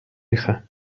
hija